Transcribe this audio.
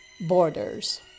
borders